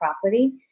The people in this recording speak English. property